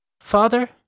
Father